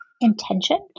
intention